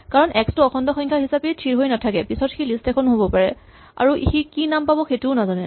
কাৰণ এক্স টো অখণ্ড সংখ্যা হিচাপেই থিৰ হৈ নাথাকে পিছত সি লিষ্ট এখনো হ'ব পাৰে আৰু সি কি নাম পাব সেইটোও নাজানে